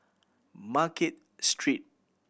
Market Street